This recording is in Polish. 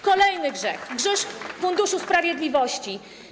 Kolejny grzech, grzech Funduszu Sprawiedliwości.